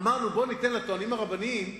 אמרנו שניתן לטוענים הרבניים,